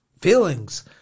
feelings